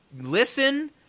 listen